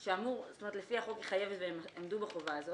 לפי החוק היא חייבת, והם עמדו בחובה הזו